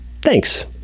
thanks